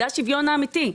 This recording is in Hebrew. זה השוויון האמיתי.